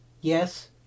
Yes